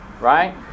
Right